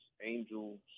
angels